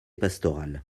pastorale